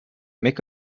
make